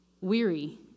weary